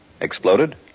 Exploded